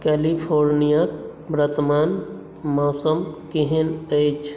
कैलिफोर्नियाक वर्तमान मौसम केहन अछि